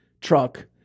truck